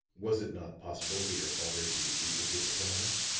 was it not possible for your father to duplicate the plans?